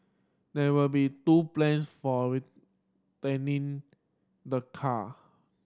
there will be two plans for returning the car